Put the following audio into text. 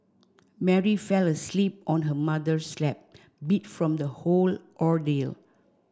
Mary fell asleep on her mother's lap beat from the whole ordeal